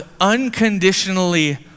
unconditionally